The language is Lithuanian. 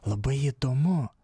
labai įdomu